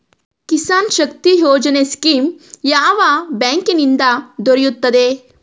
Kisan Shakti Yojana scheme ಯಾವ ಬ್ಯಾಂಕಿನಿಂದ ದೊರೆಯುತ್ತದೆ?